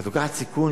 את לוקחת סיכון,